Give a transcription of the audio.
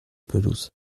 pelouse